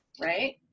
right